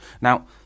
Now